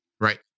Right